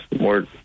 more